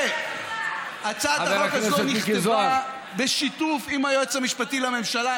הצעת החוק הזאת נכתבה בשיתוף היועץ המשפטי לממשלה,